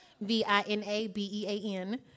V-I-N-A-B-E-A-N